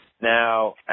Now